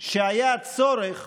שהיה צורך